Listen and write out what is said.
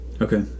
Okay